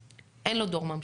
אין לו דור ממשיך.